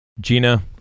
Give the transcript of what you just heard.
Gina